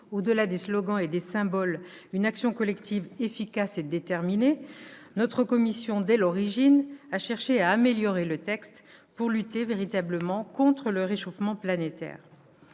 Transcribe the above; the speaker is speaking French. au-delà des slogans et des symboles, une action collective efficace et déterminée, notre commission a dès l'origine cherché à améliorer le texte pour lutter véritablement contre le réchauffement planétaire.